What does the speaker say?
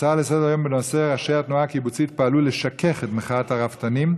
הצעה בנושא: ראשי התנועה הקיבוצית פעלו לשכך את מחאת הרפתנים,